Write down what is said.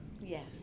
Yes